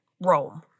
Rome